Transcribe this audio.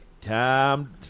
Time